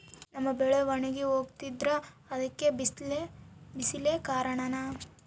ನಮ್ಮ ಬೆಳೆ ಒಣಗಿ ಹೋಗ್ತಿದ್ರ ಅದ್ಕೆ ಬಿಸಿಲೆ ಕಾರಣನ?